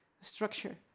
structure